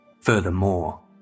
Furthermore